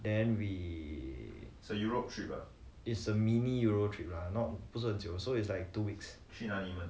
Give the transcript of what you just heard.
then we is a mini euro trip lah not 不是很久 so it's like two weeks